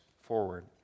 forward